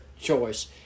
choice